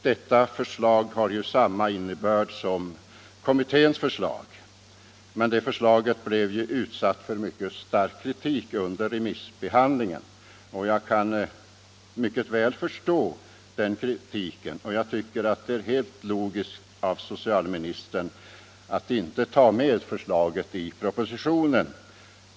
Detta förslag har samma innebörd som kommitténs förslag, vilket blev utsatt för mycket stark kritik under remissbehandlingen. Jag kan mycket väl förstå den kritiken, och jag tycker att det är helt logiskt av socialministern att inte ta med det i propositionen.